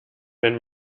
wenn